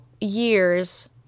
years